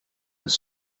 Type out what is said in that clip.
was